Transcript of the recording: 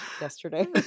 yesterday